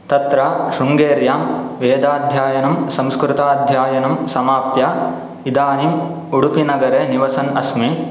तत्र शृङ्गेर्यां वेदाध्ययनं संस्कृताध्ययनं समाप्य इदानीम् उडुपिनगरे निवसन् अस्मि